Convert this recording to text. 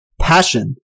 passion